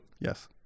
Yes